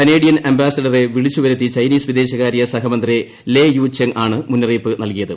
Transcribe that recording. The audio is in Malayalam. കനേഡിയൻ അംബാസിഡറെ വിളിച്ചു വരുത്തി ചൈനീസ് വിദേശകാര്യ സഹമന്ത്രി ലെ യു ചെങ് ആണ് മുന്നറിയിപ്പ് നല്കിയത്